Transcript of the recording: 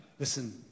Listen